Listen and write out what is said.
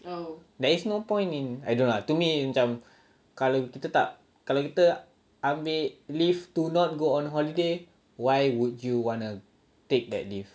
there is no point in I don't know lah to me macam kalau kita tak kalau kita ambil leave to not go on holiday why would you want to take that leave